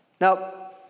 Now